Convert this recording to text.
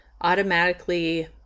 automatically